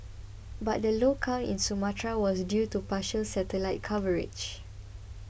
but the low count in Sumatra was due to partial satellite coverage